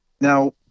Now